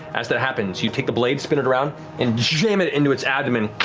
as that happens, you take the blade, spin it around and jam it into its abdomen.